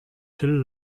hill